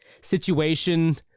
situation